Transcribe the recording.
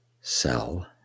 cell